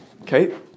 Okay